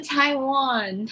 Taiwan